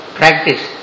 practice